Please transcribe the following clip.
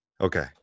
Okay